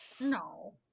No